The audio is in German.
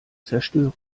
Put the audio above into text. zerstören